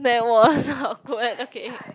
that was awkward okay